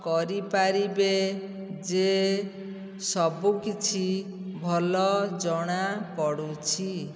କରିପାରିବେ ଯେ ସବୁକିଛି ଭଲ ଜଣାପଡ଼ୁଛି